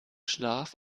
schlaf